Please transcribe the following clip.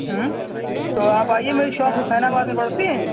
ہوں تو آپ آئیے میری شاپ حسین آباد میں پڑتی ہے